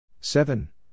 Seven